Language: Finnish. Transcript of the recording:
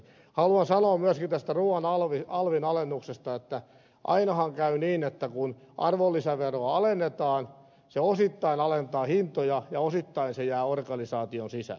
haluan sanoa myöskin tästä ruuan alvin alennuksesta että ainahan käy niin että kun arvonlisäveroa alennetaan se osittain alentaa hintoja ja osittain se jää organisaation sisälle